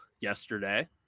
yesterday